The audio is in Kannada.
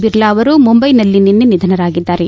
ಬಿರ್ಲಾ ಅವರು ಮುಂಬೈನಲ್ಲಿ ನಿನ್ನೆ ನಿಧನರಾಗಿದ್ದಾರೆ